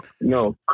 No